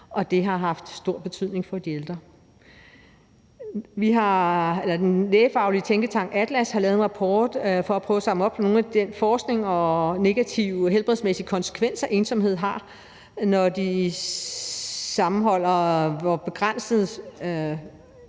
det har haft en stor betydning for de ældre. Den lægefaglige tænketank Atlas har lavet en rapport for at prøve at samle op på noget af den forskning om negative helbredsmæssige konsekvenser, ensomhed har, når de sammenholder, hvor begrænset